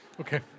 Okay